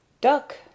Duck